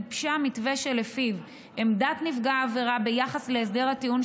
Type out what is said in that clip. גיבשה מתווה שלפיו עמדת נפגע העבירה ביחס להסדר הטיעון,